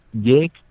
Jake